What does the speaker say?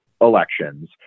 elections